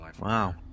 Wow